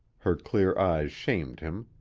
her clear eyes shamed him.